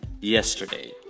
yesterday